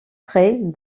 près